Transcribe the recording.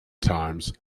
times